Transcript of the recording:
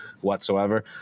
whatsoever